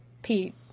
Pete